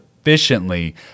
efficiently